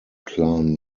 clan